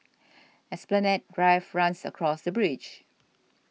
Esplanade Drive runs across the bridge